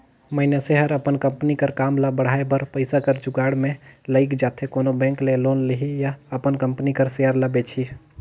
मइनसे हर अपन कंपनी कर काम ल बढ़ाए बर पइसा कर जुगाड़ में लइग जाथे कोनो बेंक ले लोन लिही या अपन कंपनी कर सेयर ल बेंचही